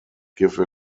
give